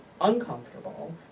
uncomfortable